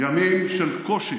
ימים של קושי,